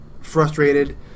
frustrated